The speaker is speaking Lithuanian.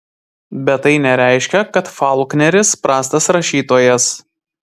bet tai nereiškia kad faulkneris prastas rašytojas